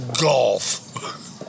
Golf